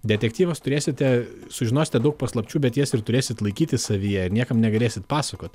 detektyvas turėsite sužinosite daug paslapčių bet jas ir turėsit laikyti savyje ir niekam negalėsit pasakot